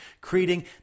creating